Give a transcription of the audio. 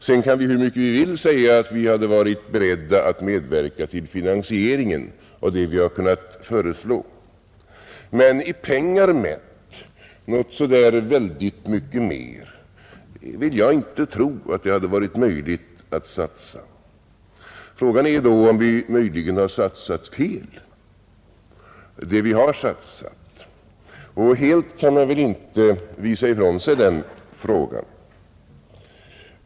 Sedan kan vi hur mycket vi vill säga att vi har varit beredda att medverka till finansieringen av det vi har föreslagit. Men så där väldigt mycket mer i pengar mätt vill jag inte tro att det har varit möjligt att satsa. Frågan är då om vi möjligen har satsat fel det vi har satsat. Helt kan vi väl inte visa ifrån oss den frågan.